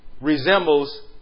resembles